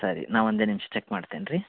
ಸರಿ ನಾ ಒಂದೇ ನಿಮಿಷ ಚೆಕ್ ಮಾಡ್ತೇನೆ ರೀ